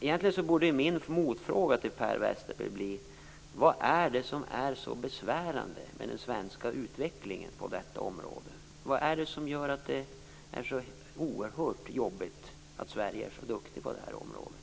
Egentligen borde min motfråga till Per Westerberg bli: Vad är det som är så besvärande med den svenska utvecklingen på detta område? Varför är det så oerhört jobbigt att Sverige är så duktigt på det här området?